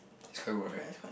is quite good right